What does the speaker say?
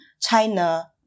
China